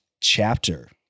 chapter